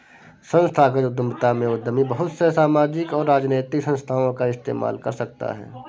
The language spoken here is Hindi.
संस्थागत उद्यमिता में उद्यमी बहुत से सामाजिक और राजनैतिक संस्थाओं का इस्तेमाल कर सकता है